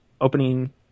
opening